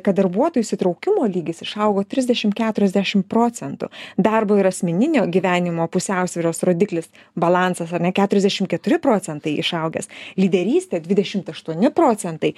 kad darbuotų įsitraukimo lygis išaugo trisdešim keturiasdešim procentų darbo ir asmeninio gyvenimo pusiausvyros rodiklis balansas ar ne keturiasdešim keturi procentai išaugęs lyderystė dvidešimt aštuoni procentai